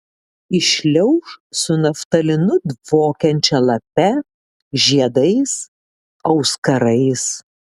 įšliauš su naftalinu dvokiančia lape žiedais auskarais